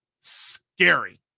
scary